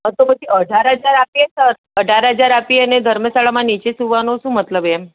હા તો પછી અઢાર હજાર આપીએ તો અઢાર હજાર આપીએ ને ધર્મશાળામાં નીચે સુવાનો શું મતલબ એમ